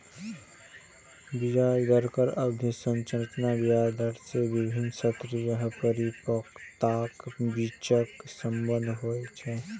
ब्याज दरक अवधि संरचना ब्याज दर आ विभिन्न शर्त या परिपक्वताक बीचक संबंध होइ छै